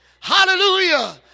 hallelujah